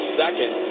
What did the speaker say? second